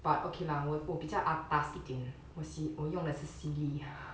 but okay lah 我比较 atas 一点我 sea~ 我用的是 sealy